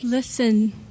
Listen